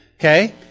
okay